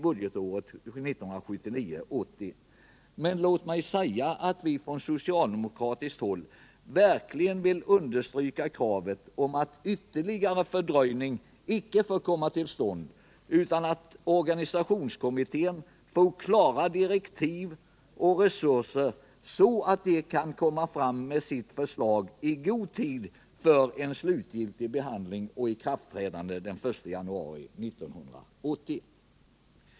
Låt mig också säga att vi från socialdemokratiskt håll verkligen vill understryka att någon ytterligare fördröjning inte får ske, utan att organisationskommittén skall få klara direktiv och tillräckliga resurser, så att kommittén kan framlägga sina förslag i god tid för slutlig behandling och ett ikraftträdande den 1 januari 1980.